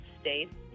States